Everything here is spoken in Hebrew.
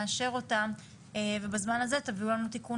נאשר אותן ובזמן הזה תביאו לנו תיקון